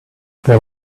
there